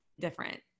different